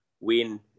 win